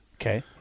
Okay